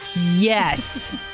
Yes